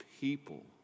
people